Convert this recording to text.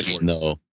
No